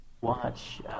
watch